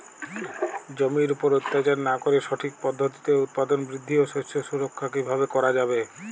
জমির উপর অত্যাচার না করে সঠিক পদ্ধতিতে উৎপাদন বৃদ্ধি ও শস্য সুরক্ষা কীভাবে করা যাবে?